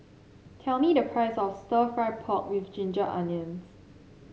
tell me the price of stir fry pork with Ginger Onions